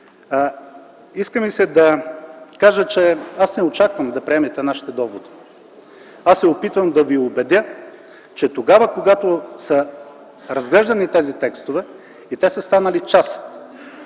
Иска ми се да кажа, че аз не очаквам да приемете нашите доводи. Опитвам се да ви убедя, че тогава, когато са разглеждани тези текстове и са станали част